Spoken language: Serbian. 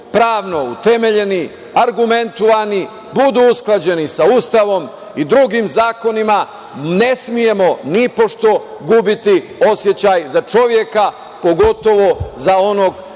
pravno utemeljni, argumentnovani, budu usklađeni sa Ustavom i drugim zakonima, ne smemo nipošto gubiti osećaj za čoveka, pogotovo za onog